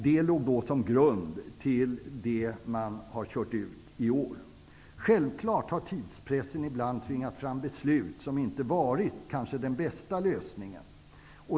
Detta låg som grund för det budskap man har gått ut med i år. Självfallet har tidspressen ibland tvingat fram beslut som kanske inte inneburit den bästa lösningen.